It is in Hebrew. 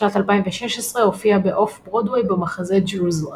בשנת 2016 הופיע באוף ברודוויי במחזה "Jerusalem".